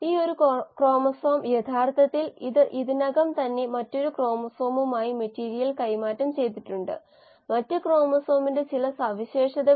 ഇനിപ്പറയുന്ന സ്റ്റൈക്കിയോമെട്രി നമുക്ക് പരിഗണിക്കാം 2A 3B → P മറ്റൊരു വിധത്തിൽ പറഞ്ഞാൽ നമുക്ക് 1 മോളിലെ P നൽകുന്നതിന് പൂർണ്ണമായും റിയാക്ട് ചെയ്യാൻ Aയുടെ 2 മോളുകൾക്ക് B യുടെ 3 മോളുകൾ ആവശ്യമാണ്